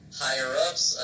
higher-ups